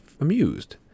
amused